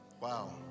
Wow